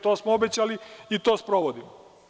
To smo obećali i to sprovodimo.